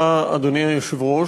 אדוני היושב-ראש,